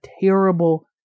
terrible